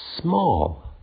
small